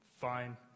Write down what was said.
Fine